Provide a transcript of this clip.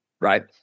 Right